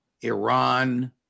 Iran